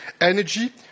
energy